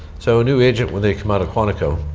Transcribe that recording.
so a new agent when they come out of quantico,